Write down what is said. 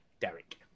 Derek